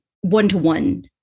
one-to-one